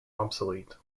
obsolete